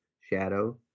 shadow